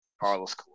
Carlos